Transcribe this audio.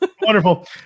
Wonderful